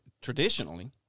traditionally